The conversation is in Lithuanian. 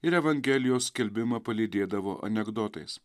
ir evangelijos skelbimą palydėdavo anekdotais